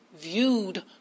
viewed